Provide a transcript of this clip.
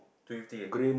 to Yew-Tee ah